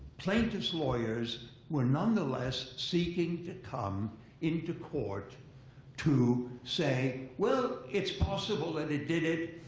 plaintiffs' lawyers were, nonetheless, seeking to come into court to say, well, it's possible that it did it.